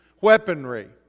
weaponry